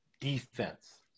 defense